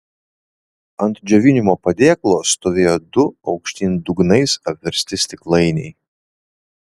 ant džiovinimo padėklo stovėjo du aukštyn dugnais apversti stiklainiai